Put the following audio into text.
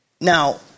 Now